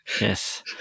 Yes